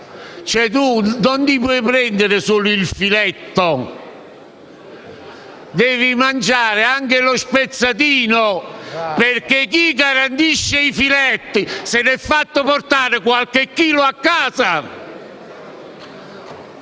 Non ci si può prendere solo il filetto, ma si deve mangiare anche lo spezzatino, perché chi garantisce i filetti se n'è fatto portare qualche chilo a casa.